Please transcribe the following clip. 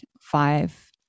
five